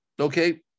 okay